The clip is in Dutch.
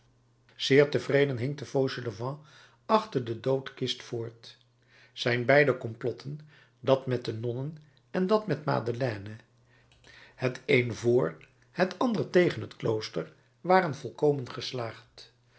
zeer tevreden hinkte fauchelevent achter de doodkist voort zijn beide komplotten dat met de nonnen en dat met madeleine het een vrhet ander tegen het klooster waren volkomen geslaagd